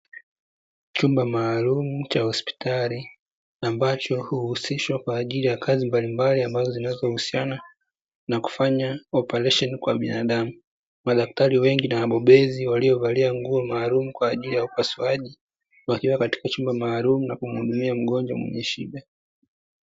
Chumba maalumu cha hospitali ambacho huusishwa kwa ajili ya kazi mbalimbali ambazo zinazohusiana na kufanya oparesheni kwa binadamu, madaktari wengi na wabobezi waliovalia nguo maalumu za upasuaji, wakiwa katika chumba maalumu na kumuhudumia mgonjwa mwenye shida.